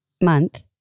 month